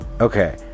okay